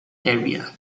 area